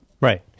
Right